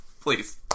Please